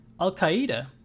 Al-Qaeda